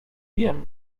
wiem